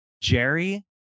Jerry